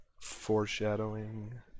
foreshadowing